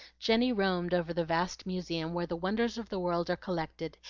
jenny roamed over the vast museum where the wonders of the world are collected,